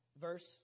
verse